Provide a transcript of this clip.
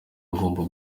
hagomba